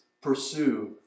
pursue